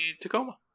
Tacoma